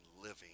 living